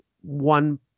one